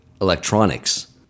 electronics